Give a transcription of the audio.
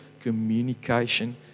communication